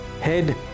head